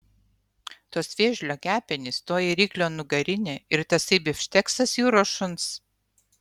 tos vėžlio kepenys toji ryklio nugarinė ir tasai bifšteksas jūros šuns